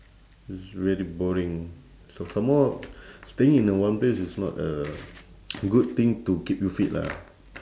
it's very boring s~ some more staying in a one place is not a good thing to keep you fit lah